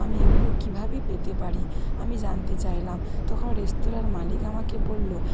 আমি এগুলো কীভাবে পেতে পারি আমি জানতে চাইলাম তখন রেস্তোরাঁর মালিক আমাকে বললো